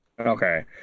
Okay